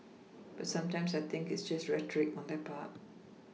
but sometimes I think it's just rhetoric on their part